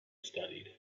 studied